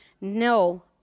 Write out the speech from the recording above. No